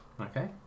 Okay